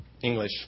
english